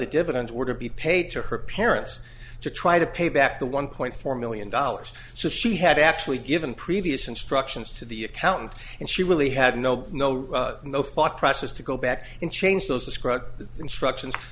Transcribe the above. the dividends or to be paid to her parents to try to pay back the one point four million dollars so she had actually given previous instructions to the accountant and she really had no no no thought process to go back and change those